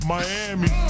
Miami